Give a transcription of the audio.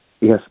Yes